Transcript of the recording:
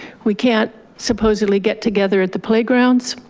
we can't supposedly get together at the playgrounds,